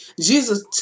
Jesus